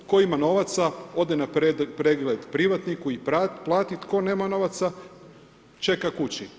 Tko ima novaca, ode na pregled privatniku i plati, a tko nema novaca, čeka kući.